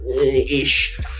ish